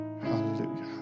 Hallelujah